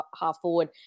half-forward